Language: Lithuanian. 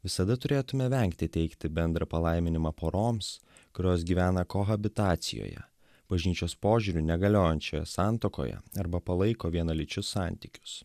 visada turėtume vengti teikti bendrą palaiminimą poroms kurios gyvena kohabitacijoje bažnyčios požiūriu negaliojančioje santuokoje arba palaiko vienalyčius santykius